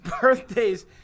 birthdays